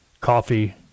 coffee